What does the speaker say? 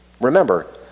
Remember